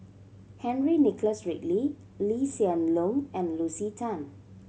Henry Nicholas Ridley Lee Hsien Loong and Lucy Tan